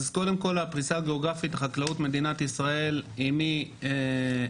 קודם כל הפריסה הגיאוגרפית בחקלאות מדינת ישראל היא מאילת,